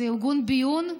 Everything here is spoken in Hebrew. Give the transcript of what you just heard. זה ארגון ביון.